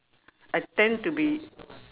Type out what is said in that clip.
I tend to be